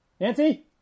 Nancy